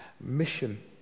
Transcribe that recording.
mission